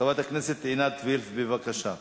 חברת הכנסת עינת וילף, בבקשה.